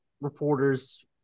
reporters